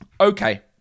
Okay